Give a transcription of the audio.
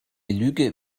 lüge